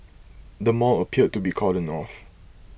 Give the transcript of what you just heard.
the mall appeared to be cordoned off